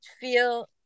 feel